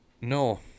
no